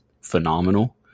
phenomenal